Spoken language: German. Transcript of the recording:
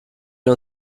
wir